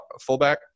fullback